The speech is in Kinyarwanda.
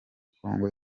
congo